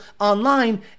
online